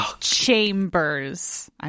Chambers